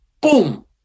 boom